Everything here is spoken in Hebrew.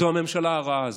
זאת הממשלה הרעה הזאת.